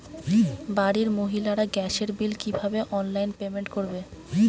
বাড়ির মহিলারা গ্যাসের বিল কি ভাবে অনলাইন পেমেন্ট করবে?